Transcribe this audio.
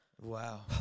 Wow